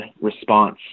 response